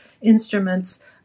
instruments